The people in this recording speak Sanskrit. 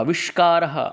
आविष्कारः